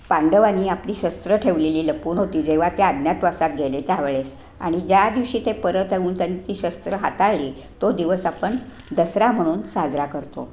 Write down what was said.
पांडवांनी आपली शस्त्र ठेवलेली लपून होती जेव्हा त्या अज्ञातवासात गेले त्यावेळेस आणि ज्या दिवशी ते परत येऊन त्यांनी ती शस्त्र हाताळली तो दिवस आपण दसरा म्हणून साजरा करतो